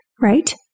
right